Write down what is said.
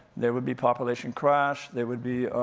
there would be population crash, there would be